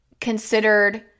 considered